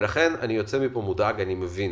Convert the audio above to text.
אני יוצא מפה מודאג, כי אני מבין